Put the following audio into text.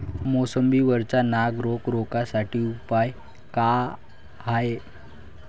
मोसंबी वरचा नाग रोग रोखा साठी उपाव का हाये?